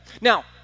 Now